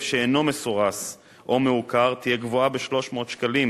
שאינו מסורס או מעוקר תהיה גבוהה ב-300 שקלים